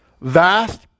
Vast